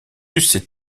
eussent